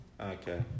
Okay